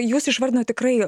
jūs išvardinot tikrai